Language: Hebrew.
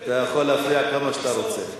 אתה יכול להפריע כמה שאתה רוצה.